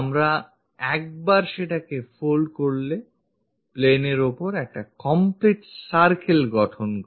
আমরা একবার সেটাকে fold করলে তা plane এর ওপর একটা complete circle গঠন করে